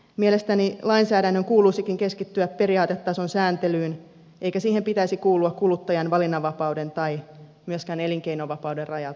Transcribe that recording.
mielestäni lainsäädännön kuuluisikin keskittyä periaatetason sääntelyyn eikä siihen pitäisi kuulua kuluttajan valinnanvapauden tai myöskään elinkeinovapauden rajoittaminen